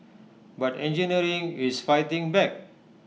but engineering is fighting back